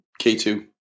K2